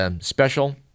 special